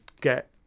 get